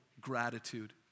gratitude